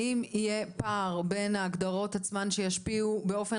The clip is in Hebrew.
האם יהיה פער בין ההגדרות שישפיעו באופן